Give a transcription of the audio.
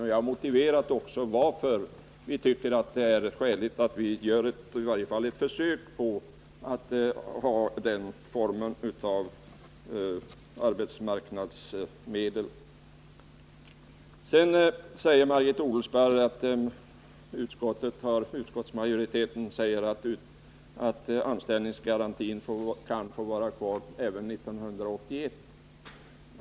Vi har också motiverat varför vi tycker det är skäligt att ta hjälp av den här formen av arbetsmarknadsmedel. - Utskottsmajoriteten säger, enligt Margit Odelsparr, att anställningsgarantin kan få vara kvar även 1981.